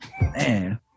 Man